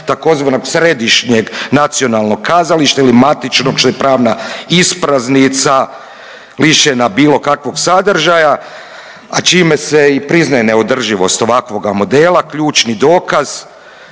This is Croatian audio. tzv. središnjeg nacionalnog kazališta ili matičnog, što je pravna ispraznica lišena bilo kakvog sadržaja, a čime se i priznaje neodrživost ovakvoga modela. Ključni dokaz